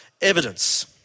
evidence